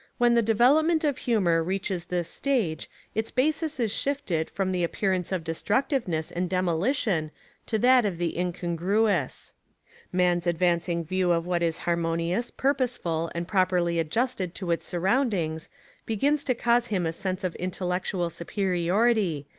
when the development of humour reaches this stage its basis is shifted from the appear ance of destructiveness and demolition to that of the incongruous. man's advancing view of what is harmonious, purposeful and properly adjusted to its surroundings begins to cause him a sense of intellectual superiority,